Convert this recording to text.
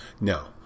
No